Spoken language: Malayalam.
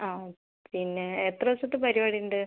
ആ പിന്നെ എത്ര ദിവസത്തെ പരിപാടി ഉണ്ട്